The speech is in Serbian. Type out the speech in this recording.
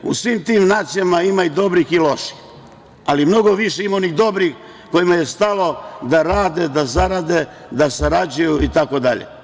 U svim tim nacijama ima i dobrih i loših, ali mnogo više ima onih dobrih kojima je stalo da rade, da zarade, da sarađuju itd.